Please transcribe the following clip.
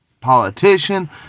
politician